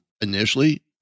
initially